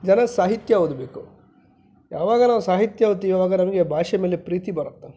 ಜನ ಸಾಹಿತ್ಯ ಓದಬೇಕು ಯಾವಾಗಾರ ಸಾಹಿತ್ಯ ಓದ್ತೀವಿ ಆವಾಗ ನಮಗೆ ಭಾಷೆ ಮೇಲೆ ಪ್ರೀತಿ ಬರುತ್ತೆ